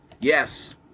Yes